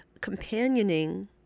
companioning